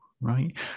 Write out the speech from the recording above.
right